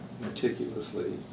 meticulously